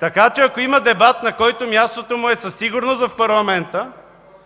Така че ако има дебат, на който мястото му е със сигурност в парламента,